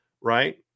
Right